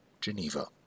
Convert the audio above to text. Geneva